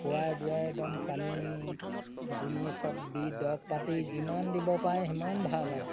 খুৱাই বোৱাই একদম পানী দুনি চব দি দৰৱ পাতি যিমান দিব পাৰে সিমান ভাল আৰু